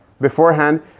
beforehand